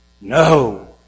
No